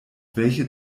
welche